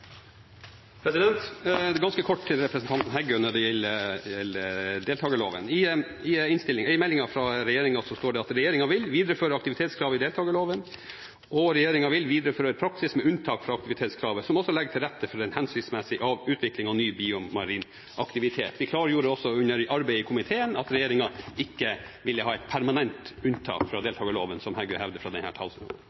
at regjeringen vil «videreføre praksis med unntak fra aktivitetskravet, som også legger til rette for en hensiktsmessig utvikling av ny biomarin aktivitet». Vi klargjorde også under arbeidet i komiteen at regjeringen ikke ville ha et permanent unntak fra